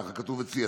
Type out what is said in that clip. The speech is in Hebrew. ככה כתוב אצלי,